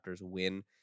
win